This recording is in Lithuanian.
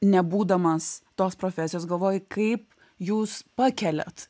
nebūdamas tos profesijos galvoji kaip jūs pakeliat